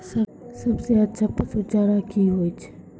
सबसे अच्छा पसु चारा की होय छै?